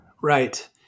Right